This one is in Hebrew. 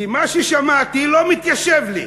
כי מה ששמעתי לא מתיישב לי.